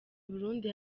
burundi